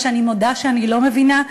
מה שאני מודה שאני לא מבינה,